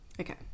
okay